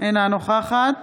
אינה נוכחת